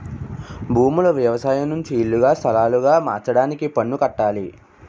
భూములు వ్యవసాయం నుంచి ఇల్లుగా స్థలాలుగా మార్చడానికి పన్ను కట్టాలి